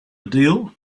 deal